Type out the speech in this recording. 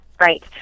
Right